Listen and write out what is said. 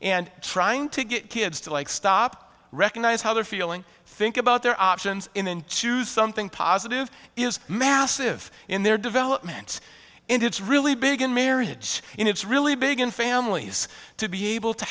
and trying to get kids to like stop recognize how they're feeling think about their options into something positive is massive in their development and it's really big in marriage and it's really big in families to be able to